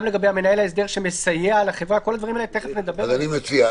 גם לגבי מנהל ההסדר שמסייע לחברה תיכף נדבר על כל הדברים האלה.